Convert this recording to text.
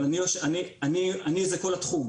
אבל אני זה כל התחום.